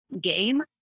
game